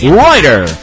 writer